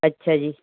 ਅੱਛਾ ਜੀ